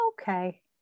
Okay